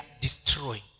destroying